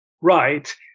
Right